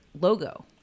logo